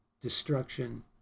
destruction